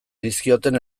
dizkioten